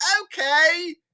okay